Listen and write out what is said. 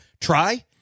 Try